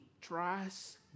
trust